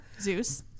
Zeus